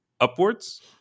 upwards